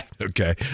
Okay